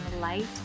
light